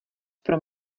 pro